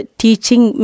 teaching